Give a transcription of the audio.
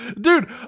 dude